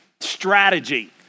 strategy